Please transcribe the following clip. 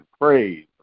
praise